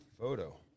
photo